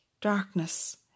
darkness